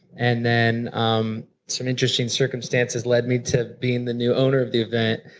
and then um some interesting circumstances led me to being the new owner of the event.